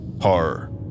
horror